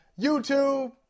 YouTube